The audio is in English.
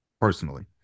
personally